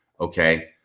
Okay